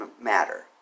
matter